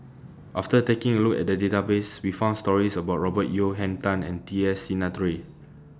after taking A Look At The Database We found stories about Robert Yeo Henn Tan and T S Sinnathuray